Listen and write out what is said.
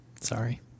Sorry